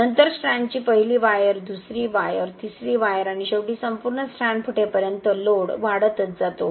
नंतर स्ट्रँडची पहिली वायर दुसरी वायर तिसरी वायर आणि शेवटी संपूर्ण स्ट्रँड फुटेपर्यंत लोड वाढतच जातो